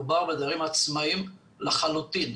מדובר בדיירים עצמאיים לחלוטין.